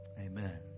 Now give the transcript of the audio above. Amen